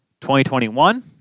2021